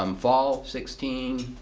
um fall sixteen,